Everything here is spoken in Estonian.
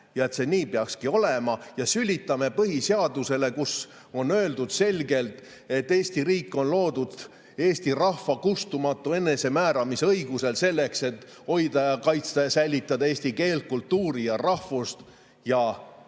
ja et see nii peabki olema ja sülitame põhiseadusele, kus on öeldud selgelt, et Eesti riik on loodud Eesti rahva [riikliku enesemääramise kustumatul] õigusel selleks, et hoida ja kaitsta ja säilitada eesti keelt, kultuuri ja rahvust, ja kus